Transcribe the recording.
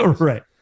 Right